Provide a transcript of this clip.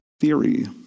theory